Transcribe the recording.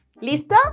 ¿Listo